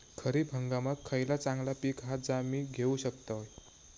खरीप हंगामाक खयला चांगला पीक हा जा मी घेऊ शकतय?